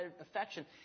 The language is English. affection